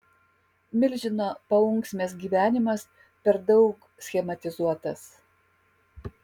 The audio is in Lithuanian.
milžino paunksmės gyvenimas per daug schematizuotas